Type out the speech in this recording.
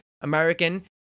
american